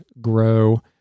grow